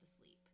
asleep